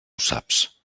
saps